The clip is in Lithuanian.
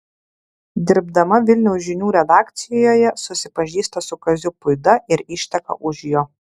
dirbdama vilniaus žinių redakcijoje susipažįsta su kaziu puida ir išteka už jo